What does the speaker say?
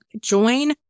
join